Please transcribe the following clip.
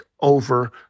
over